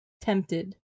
tempted